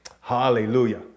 Hallelujah